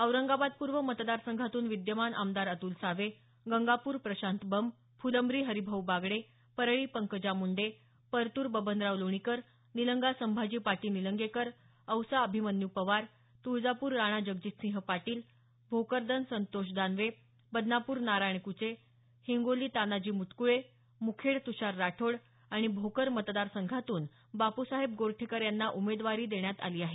औरंगाबाद पूर्व मतदारसंघातून विद्यमान आमदार अतुल सावे गंगापूर प्रशांत बंब फुलंब्री हरिभाऊ बागडे परळी पंकजा मुंडे परतूर बबनराव लोणीकर निलंगा संभाजी पाटील निलंगेकर औसा अभिमन्यू पवार तुळजापूर राणा जगजितसिंह पाटील भोकरदन संतोष दानवे बदनापूर नारायण कुचे हिंगोली तानाजी मुटकुळे मुखेड तुषार राठोड आणि भोकर मतदारसंघातून बापुसाहेब गोरठेकर यांना उमेदवारी देण्यात आली आहे